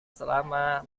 selama